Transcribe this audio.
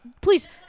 please